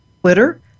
Twitter